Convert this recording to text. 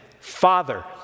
Father